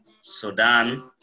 Sudan